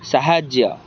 ସାହାଯ୍ୟ